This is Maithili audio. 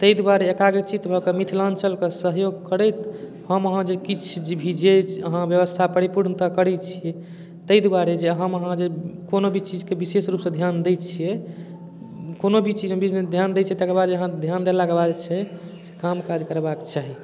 तै दुआरे एकाग्रचित भए कऽ मिथिलाञ्चलके सहयोग करैत हम अहाँ जे किछु जे भी जे अहाँ व्यवस्था परिपूर्णतः करै छियै तै दुआरे जे हम अहाँ जे कोनो भी चीजके विशेष रूपसँ ध्यान दै छियै कोनो भी चीजमे बीचमे ध्यान दै छियै तकरबाद जे अहाँ ध्यान देलाके बाद जे छै कामकाज करबाक चाही